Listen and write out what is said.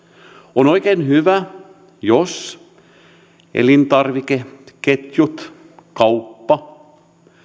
on oikein hyvä jos elintarvikeketjut ja kauppa